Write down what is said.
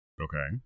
Okay